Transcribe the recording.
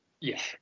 Yes